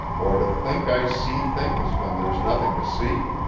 or to think i see things when there is nothing to see?